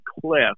Cliff